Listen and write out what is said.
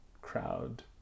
crowd